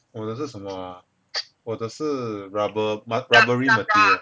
我的是什么 ah 我的是 rubber mat rubbery material